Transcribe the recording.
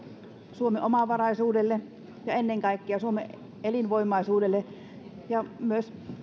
suomen omavaraisuudelle ja ennen kaikkea suomen elinvoimaisuudelle ja myös